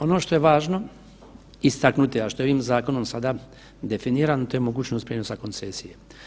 Ono što je važno istaknuti, a što je ovim zakonom sada definirano to je mogućnost prijenosa koncesije.